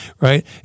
right